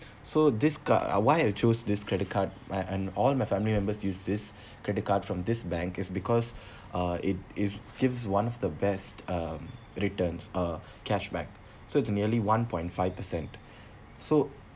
so this card uh why I choose this credit card and and all my family members use this credit card from this bank is because uh it is gives one of the best um returns uh cashback so to nearly one point five per cent so